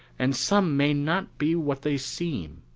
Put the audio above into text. and some may not be what they seem.